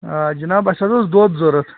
آ جِناب اَسہِ حظ اوس دۄد ضوٚرَتھ